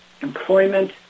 employment